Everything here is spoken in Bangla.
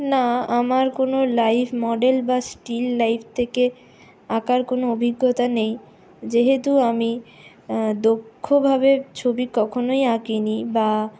না আমার কোনো লাইভ মডেল বা স্টিল লাইফ থেকে আঁকার কোনো অভিজ্ঞতা নেই যেহেতু আমি দক্ষভাবে ছবি কখনোই আঁকিনি বা